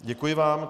Děkuji vám.